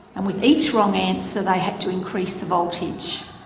and with each wrong answer they had to increase the voltage.